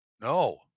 No